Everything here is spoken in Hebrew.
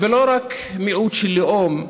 ולא רק מיעוט של לאום,